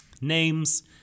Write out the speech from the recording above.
names